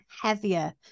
heavier